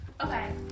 Okay